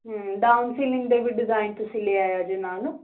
ਹੂੰ down ceiling ਦੇ ਵੀ ਡਿਜਾਇਨ ਤੁਸੀਂ ਲੈ ਆਇਆ ਜੇ ਨਾਲ